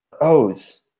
O's